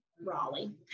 Raleigh